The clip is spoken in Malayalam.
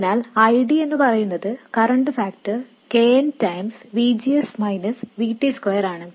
അതിനാൽ I D എന്നു പറയുന്നത് current factor K n V G S V T 2 ആണ്